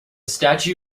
statue